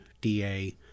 DA